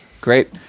Great